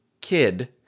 kid